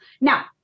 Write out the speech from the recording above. Now